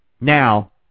Now